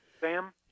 sam